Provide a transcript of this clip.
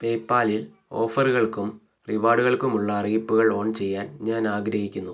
പേയ്പാലിൽ ഓഫറുകൾക്കും റിവാർഡുകൾക്കുമുള്ള അറിയിപ്പുകൾ ഓൺ ചെയ്യാൻ ഞാൻ ആഗ്രഹിക്കുന്നു